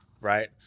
right